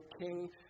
king